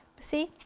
see?